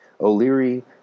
O'Leary